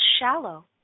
shallow